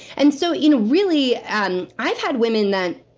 and so, you know really, and i've had women that,